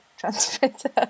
Transmitter